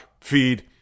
feed